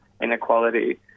inequality